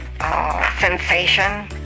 sensation